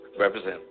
represent